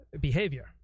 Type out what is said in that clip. Behavior